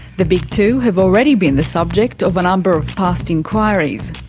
the big two have already been the subject of a number of past inquiries.